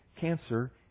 cancer